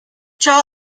ciò